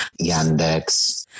Yandex